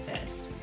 first